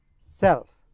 self